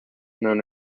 known